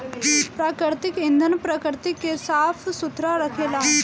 प्राकृतिक ईंधन प्रकृति के साफ सुथरा रखेला